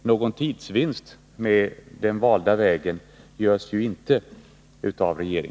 Någon tidsvinst gör ju regeringen inte med den valda vägen.